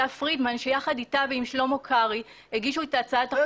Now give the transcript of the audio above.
העיריות (מכרזים לקבלת עובדים) (תיקון),